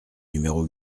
numéro